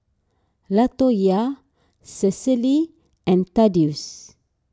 Latoyia Cecily and Thaddeus